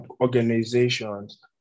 organizations